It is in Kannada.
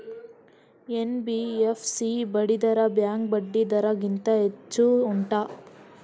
ಎನ್.ಬಿ.ಎಫ್.ಸಿ ಬಡ್ಡಿ ದರ ಬ್ಯಾಂಕ್ ಬಡ್ಡಿ ದರ ಗಿಂತ ಹೆಚ್ಚು ಉಂಟಾ